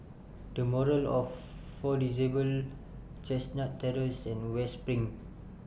The Moral of For Disabled Chestnut Terrace and West SPRING